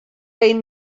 bell